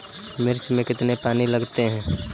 मिर्च में कितने पानी लगते हैं?